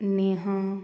Neha